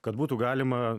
kad būtų galima